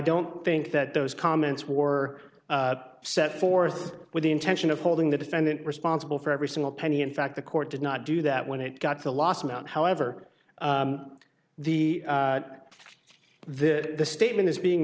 don't think that those comments were set forth with the intention of holding the defendant responsible for every single penny in fact the court did not do that when it got to las amount however the the statement is being